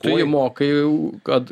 tu jį mokai kad